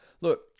Look